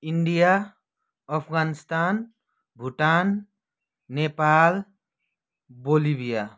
India Afghanistan Bhutan Nepal Bolivia